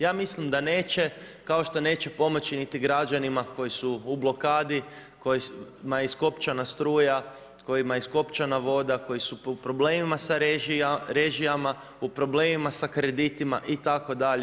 Ja mislim da neće, kao što neće pomoći niti građanima koji su u blokadi, kojima je iskopčana struja, kojima je iskopčana voda, koji su u problemima sa režijama, u problemima sa kreditima itd.